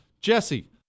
Jesse